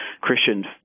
Christian